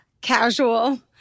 Casual